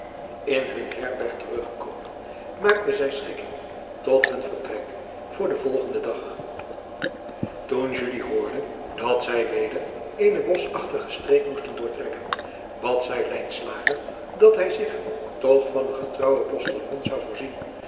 n hunne herberg teruggekomen maakten zij schiking tot hun vertrek voor den volgenden dag oen hoorde dat zij weder eene beschachtige streek moesten doortrekken bad zij dat hij zich toch van een getrouwen ostiljon zou voorzien